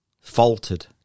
faltered